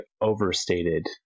overstated